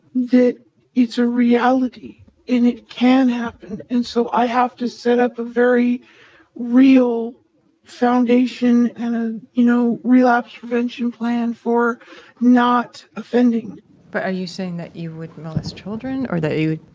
that it's a reality and it can happen. and so i have to set up a very real foundation and, ah you know, relapse prevention plan for not offending but are you saying that you would molest children or that you